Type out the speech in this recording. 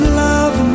love